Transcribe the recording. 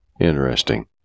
Interesting